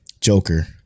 Joker